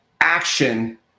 action